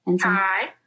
Hi